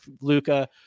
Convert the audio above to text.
Luca